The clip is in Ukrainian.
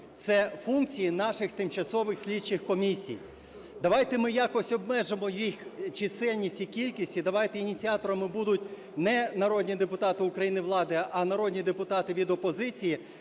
це функції наших тимчасових слідчих комісій. Давайте ми якось обмежимо їх чисельність і кількість, і давайте ініціаторами будуть не народні депутати України влади, а народні депутати від опозиції